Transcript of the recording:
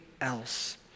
else